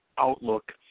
Outlook